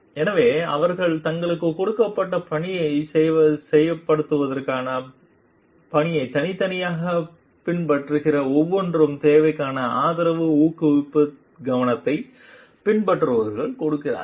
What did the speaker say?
எனவே அவர்கள் தங்களுக்குக் கொடுக்கப்பட்ட பணியைச் செயல்படுத்துவதற்கான பணியைத் தனித்தனியாகப் பின்பற்றுகிற ஒவ்வொருவருக்கும் தேவையான ஆதரவு ஊக்குவிப்புக் கவனத்தைப் பின்பற்றுபவர்களுக்குக் கொடுக்கிறார்கள்